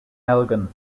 elgin